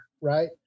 right